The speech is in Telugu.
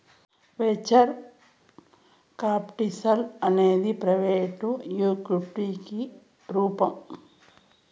వెంచర్ కాపిటల్ అనేది ప్రైవెట్ ఈక్విటికి రూపం